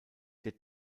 der